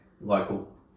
local